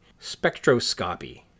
spectroscopy